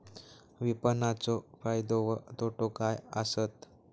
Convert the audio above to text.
विपणाचो फायदो व तोटो काय आसत?